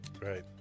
Right